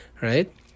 right